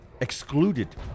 excluded